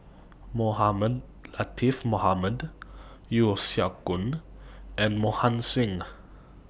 Mohamed Latiff Mohamed Yeo Siak Goon and Mohan Singh